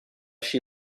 she